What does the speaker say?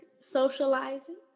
socializing